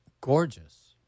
gorgeous